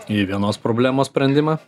į vienos problemos sprendimą